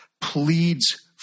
pleads